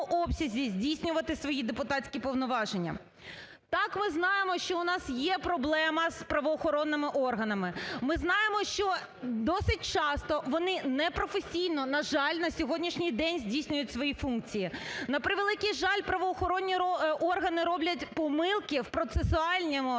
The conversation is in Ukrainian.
обсязі здійснювати свої депутатські повноваження. Так, ми знаємо, що в нас є проблема з правоохоронними органами. Ми знаємо, що досить часто вони непрофесійно, на жаль, на сьогоднішній день здійснюють свої функції. На превеликий жаль, правоохоронні органи роблять помилки в процесуальному...